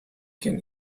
can